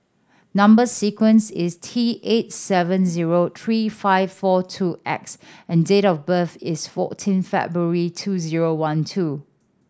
number sequence is T eight seven zero three five four two X and date of birth is fourteen February two zero one two